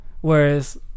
Whereas